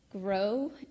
grow